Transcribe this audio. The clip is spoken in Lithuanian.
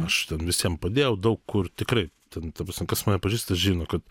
aš ten visiem padėjau daug kur tikrai ten ta prasme kas mane pažįsta žino kad